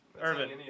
Irvin